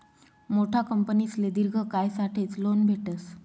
मोठा कंपनीसले दिर्घ कायसाठेच लोन भेटस